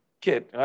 kid